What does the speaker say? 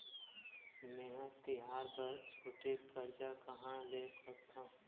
मेंहा तिहार बर छोटे कर्जा कहाँ ले सकथव?